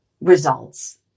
results